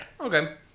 Okay